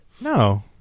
No